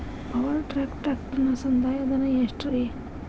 Power track ಟ್ರ್ಯಾಕ್ಟರನ ಸಂದಾಯ ಧನ ಎಷ್ಟ್ ರಿ?